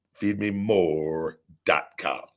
Feedmemore.com